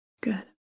Good